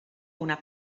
una